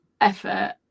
effort